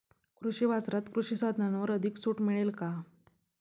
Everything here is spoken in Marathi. कृषी बाजारात कृषी साधनांवर अधिक सूट मिळेल का?